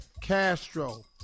Castro